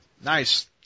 Nice